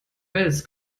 wales